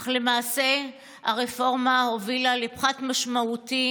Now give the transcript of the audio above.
אך למעשה הרפורמה הובילה לפחת משמעותי